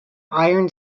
iron